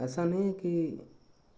ऐसा नहीं है कि